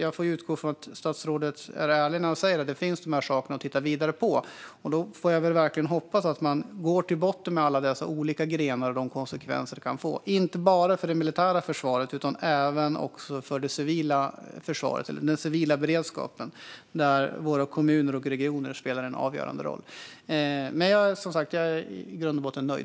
Jag utgår från att statsrådet är ärlig när han säger att man kan titta vidare på de här sakerna. Jag hoppas verkligen att man går till botten med alla de olika grenar och konsekvenser det kan leda till, inte bara för det militära försvaret utan även för den civila beredskapen där våra kommuner och regioner spelar en avgörande roll. Jag är som sagt i grund och botten nöjd.